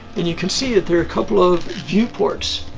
and you can see that there are a couple of view ports.